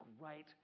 great